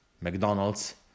McDonald's